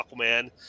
Aquaman